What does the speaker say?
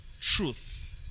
truth